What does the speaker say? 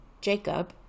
jacob